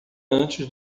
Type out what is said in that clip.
antes